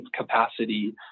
capacity